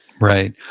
right.